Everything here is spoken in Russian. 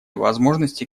возможности